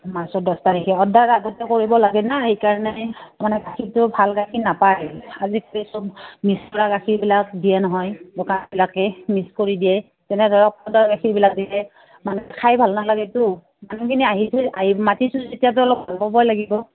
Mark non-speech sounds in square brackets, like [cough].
মাৰ্চৰ দছ তাৰিখে অৰ্ডাৰ আগতে কৰিব লাগে না সেইকাৰণে মানে গাখীৰটো ভাল গাখীৰ নাপায় আজিকালি চব মিক্স গাখীৰবিলাক দিয়ে নহয় দোকানবিলাকে মিক্স কৰি দিয়ে [unintelligible] দিয়ে মানে খাই ভাল নালাগেতো মানুহখিনি [unintelligible]